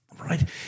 right